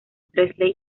presley